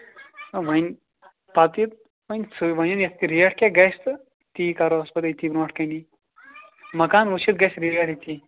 وۅنۍ پَتہٕ یہِ سُے ونہِ یَتھ کیٛاہ ریٹ کیٛاہ گژھِ تہٕ تی کَروہس پَتہٕ أتی برٛونٛٹھٕ کٔنہِ مکان وُچھِتھ گژھِ ریٹ أتی